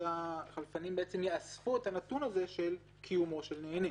שהחלפנים יאספו את הנתון הזה של קיומו של נהנה.